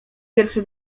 pierwszy